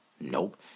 Nope